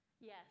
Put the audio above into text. Yes